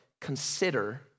consider